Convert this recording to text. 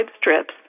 strips